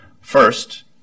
First